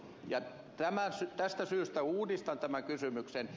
ja tästä syystä uudistan tämän kysymyksen